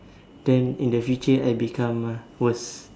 then in the future I become worst